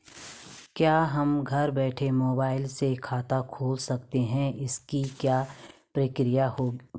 क्या हम घर बैठे मोबाइल से खाता खोल सकते हैं इसकी क्या प्रक्रिया है?